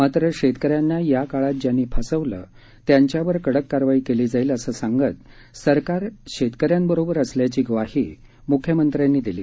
मात्र शेतकऱ्यांना या काळात ज्यांनी फसवलं त्यांच्यावर कडक कारवाई केली जाईल असं सांगत सरकार शेतकऱ्यांबरोबर असल्याची ग्वाही म्ख्यमंत्र्यांनी दिली